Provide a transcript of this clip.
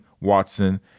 Watson